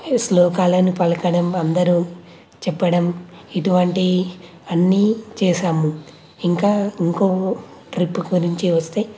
శ్లోకాలను పలకటం అందరూ చెప్పటం ఇటువంటి అన్ని చేశాను ఇంకా ఇంకో ట్రిప్ గురించి వస్తే